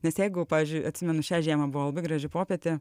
nes jeigu pavyzdžiui atsimenu šią žiemą buvo labai graži popietė